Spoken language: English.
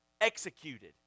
executed